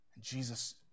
Jesus